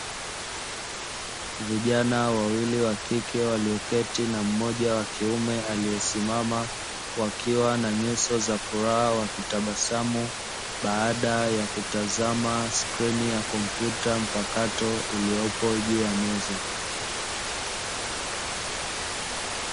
Vijana wawili wa kike walioketi na mmoja wa kiume aliyesimama wakiwa na nyuso za furaha, wakitabasamu baada ya kutazama skrini ya kompyuta mpakato iliyopo juu ya meza.